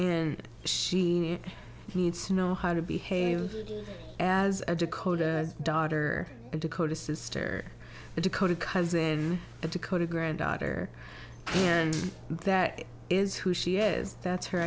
and she needs to know how to behave as a decoder daughter dakota sister dakota cousin of dakota granddaughter and that is who she is that's her